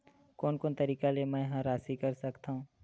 कोन कोन तरीका ले मै ह राशि कर सकथव?